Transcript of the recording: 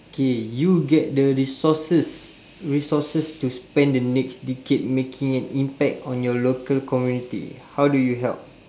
K you get the resources resources to spend the next decade making an impact on your local community how do you help